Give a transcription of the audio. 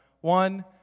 One